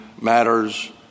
matters